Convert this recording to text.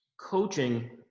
Coaching